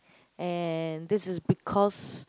and this is because